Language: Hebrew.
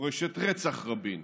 מורשת רצח רבין,